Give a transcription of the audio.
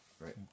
Right